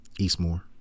Eastmore